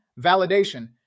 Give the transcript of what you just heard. validation